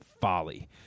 Folly